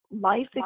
life